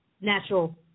natural